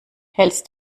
hältst